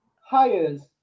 hires